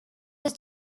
his